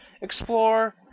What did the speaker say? explore